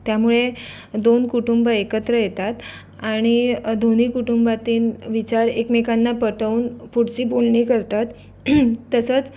त्यामुळे दोन कुटुंब एकत्र येतात आणि दोन्ही कुटुंबातीन विचार एकमेकांना पटवून पुढची बोलणी करतात तसंच